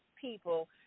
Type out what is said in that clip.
people